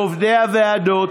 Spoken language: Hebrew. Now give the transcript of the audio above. לעובדי הוועדות,